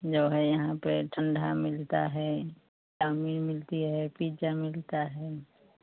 जो है यहाँ पर ठण्डा मिलता है चाऊमीन मिलती है पिज्जा मिलता है